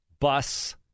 bus